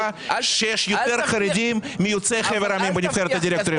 שיש יותר חרדים מיוצאי חבר העמים בנבחרת הדירקטורים.